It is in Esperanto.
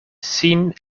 sin